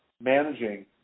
managing